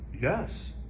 Yes